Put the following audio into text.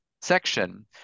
section